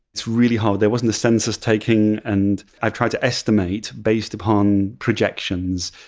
it's really hard. there wasn't a census-taking. and i've tried to estimate, based upon projections,